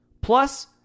plus